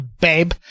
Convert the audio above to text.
babe